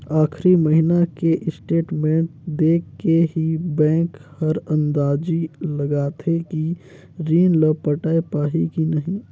आखरी महिना के स्टेटमेंट देख के ही बैंक हर अंदाजी लगाथे कि रीन ल पटाय पाही की नही